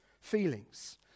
feelings